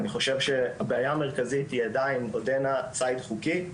אני חושב שהבעיה המרכזית היא עודנה ציד חוקי,